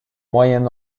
moyen